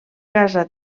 casa